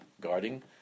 guarding